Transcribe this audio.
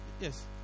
Yes